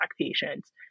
patients